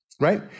right